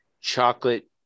chocolate